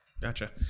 Gotcha